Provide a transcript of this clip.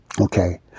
Okay